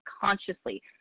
consciously